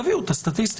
תביאו את הסטטיסטיקה.